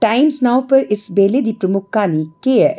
times Now पर इस बेल्ले दी प्रमुख क्हानी केह् ऐ